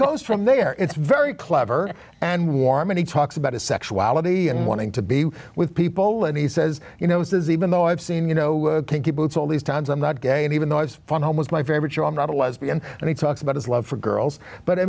goes from there it's very clever and mormon he talks about his sexuality and wanting to be with people and he says you know it does even though i've seen you know would think it's all these times i'm not gay and even though it's fun almost my favorite show i'm not a lesbian and he talks about his love for girls but i